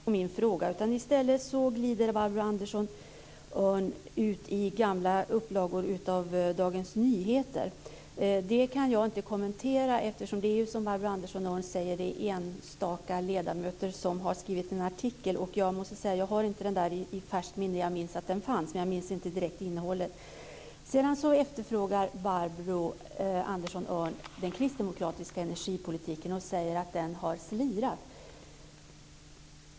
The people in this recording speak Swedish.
Fru talman! Jag fick inget svar på min fråga. I stället glider Barbro Andersson Öhrn ut i gamla upplagor av Dagens Nyheter. Det är något som jag inte kan kommentera, eftersom det, som Barbro Andersson Öhrn säger, är enstaka ledamöter som har skrivit artikeln. Jag måste säga att jag inte har den i färskt minne. Jag minns den, men jag minns inte direkt innehållet. Sedan efterfrågar Barbro Andersson Öhrn den kristdemokratiska energipolitiken och säger att den har slirat.